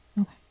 okay